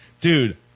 dude